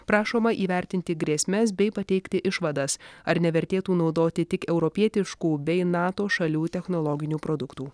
prašoma įvertinti grėsmes bei pateikti išvadas ar nevertėtų naudoti tik europietiškų bei nato šalių technologinių produktų